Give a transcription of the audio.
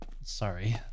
Sorry